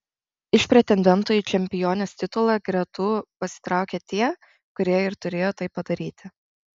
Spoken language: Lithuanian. iš pretendentų į čempionės titulą gretų pasitraukė tie kurie ir turėjo tai padaryti